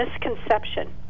misconception